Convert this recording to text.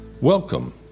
Welcome